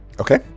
Okay